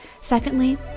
Secondly